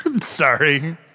Sorry